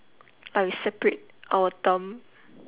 I separate our thumb